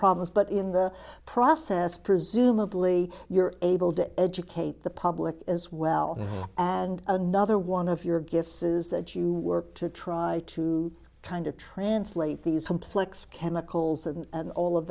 problems but in the process presumably you're able to educate the public as well and another one of your gifts is that you work to try to kind of translate these complex chemicals and all of